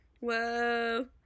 Whoa